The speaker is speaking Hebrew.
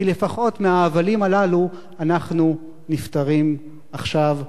כי לפחות מההבלים הללו אנחנו נפטרים עכשיו.